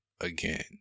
again